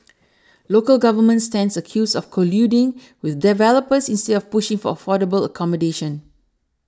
local government stands accused of colluding with developers instead of pushing for affordable accommodation